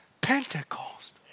Pentecost